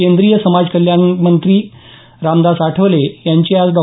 केंद्रीय समाज कल्याण राज्यमंत्री रामदास आठवले यांची आज डॉ